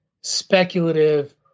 speculative